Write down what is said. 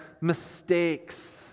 mistakes